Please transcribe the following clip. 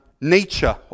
nature